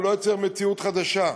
והוא לא יוצר מציאות חדשה.